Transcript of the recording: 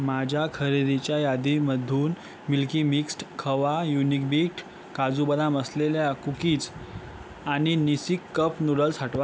माझ्या खरेदीच्या यादीमधून मिल्की मिक्स्ट खवा युनिकबिट काजू बदाम असलेल्या कुकीज आणि निसिक कप नूडल्स हटवा